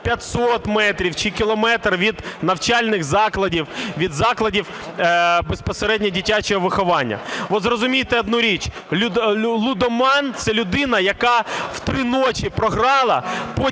500 метрів чи кілометр від навчальних закладів, від закладів безпосередньо дитячого виховання. Ви зрозумійте одну річ: лудоман – це людина, яка в 3 години ночі програла,